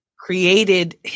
Created